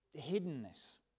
hiddenness